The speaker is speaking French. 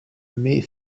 met